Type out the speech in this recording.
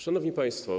Szanowni Państwo!